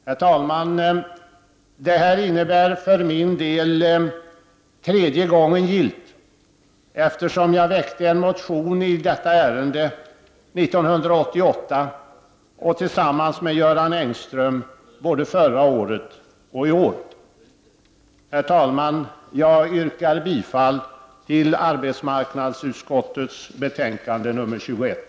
Herr talman! Detta innebär för min del tredje gången gillt. Jag väckte en motion i detta ärende 1988 och tillsammans med Göran Engström både förra året och i år. Herr talman! Jag yrkar bifall till hemställan i arbetsmarknadsutskottets betänkande 21.